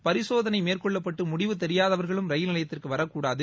பரிசோனை மேற்கொள்ளப்பட்டு முடிவு தெரியாதவர்களும் ரயில் நிலையத்திற்கு வரக் கூடாது